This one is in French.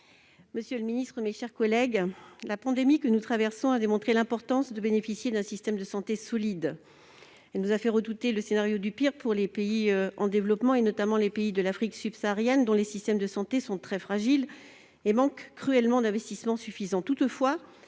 : La parole est à Mme Hélène Conway-Mouret. La pandémie que nous traversons a démontré l'importance de bénéficier d'un système de santé solide. Elle nous a fait redouter le scénario du pire pour les pays en développement, notamment les pays de l'Afrique subsaharienne, dont les systèmes de santé sont très fragiles et manquent cruellement d'investissements.